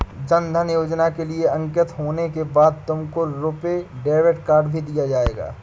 जन धन योजना के लिए अंकित होने के बाद तुमको रुपे डेबिट कार्ड भी दिया जाएगा